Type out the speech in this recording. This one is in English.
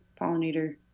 pollinator